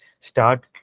start